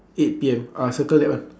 eight P_M ah circle that one